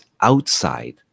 outside